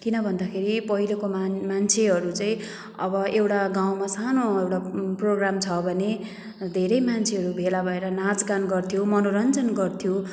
किन भन्दाखेरि पहिलाको मान मान्छेहरू चाहिँ अब एउटा गाउँमा सानो एउटा प्रोग्राम छ भने धेरै मान्छेहरू भेला भएर नाचगान गर्थ्यो मनोरञ्जन गर्थ्यो